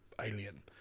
Alien